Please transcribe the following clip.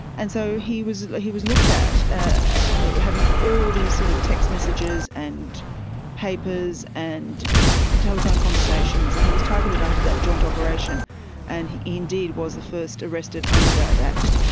and so he was he was looked at, ah having all these sort of text messages and papers and telephone conversations and he was targeted under that joint operation and he indeed was the first arrested under that act.